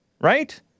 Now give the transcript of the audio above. Right